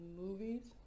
movies